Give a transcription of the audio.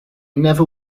never